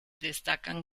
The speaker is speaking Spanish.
destacan